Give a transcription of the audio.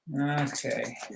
Okay